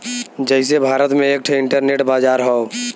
जइसे भारत में एक ठे इन्टरनेट बाजार हौ